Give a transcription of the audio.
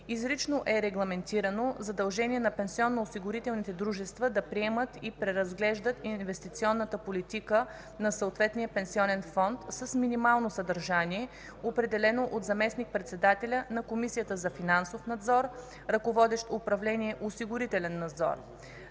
изрично е регламентирано задължение на пенсионноосигурителните дружества да приемат и преразглеждат инвестиционната политика на съответния пенсионнен фонд с минимално съдържание, определено от заместник-председателя на Комисията за финансов надзор, ръководещ Управление „Осигурителен надзор”.